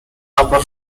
upper